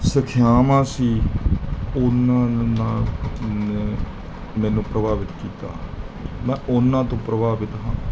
ਸਿੱਖਿਆਵਾਂ ਸੀ ਉਹਨਾਂ ਦੇ ਨਾਲ ਮੈਂ ਮੈਨੂੰ ਪ੍ਰਭਾਵਿਤ ਕੀਤਾ ਮੈਂ ਉਹਨਾਂ ਤੋਂ ਪ੍ਰਭਾਵਿਤ ਹਾਂ